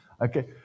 Okay